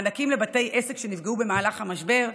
מענקים לבתי עסק שנפגעו במהלך המשבר,